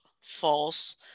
false